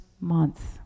month